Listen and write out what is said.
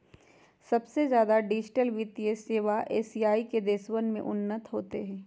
सबसे ज्यादा डिजिटल वित्तीय सेवा एशिया के देशवन में उन्नत होते हई